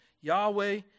Yahweh